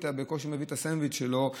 בקושי מביא את הסנדוויץ' שלו,